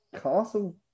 castle